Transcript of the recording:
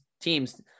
teams